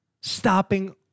Stopping